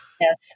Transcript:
Yes